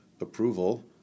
approval